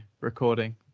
recording